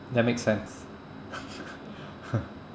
that makes sense